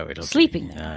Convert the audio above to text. sleeping